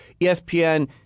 ESPN